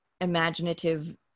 imaginative